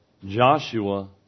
Joshua